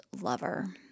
lover